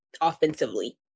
offensively